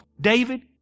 David